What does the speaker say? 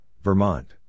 Vermont